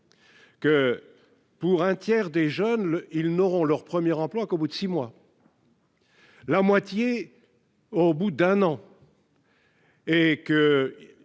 Que. Pour un tiers des jeunes, ils n'auront leur 1er emploi qu'au bout de 6 mois. La moitié, au bout d'un an. Et que